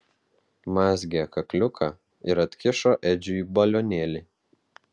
mazgė kakliuką ir atkišo edžiui balionėlį